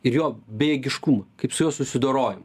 ir jo bejėgiškumą kaip su juo susidoroja